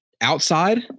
outside